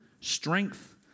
strength